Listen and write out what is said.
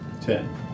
Ten